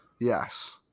Yes